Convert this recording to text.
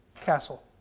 castle